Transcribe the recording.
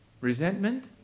Resentment